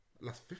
Last